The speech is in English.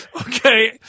Okay